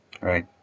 right